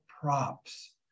props